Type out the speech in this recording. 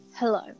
Hello